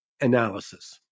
analysis